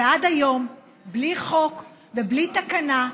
ועד היום, בלי חוק ובלי תקנה,